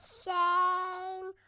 shame